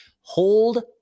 hold